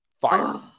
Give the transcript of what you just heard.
fire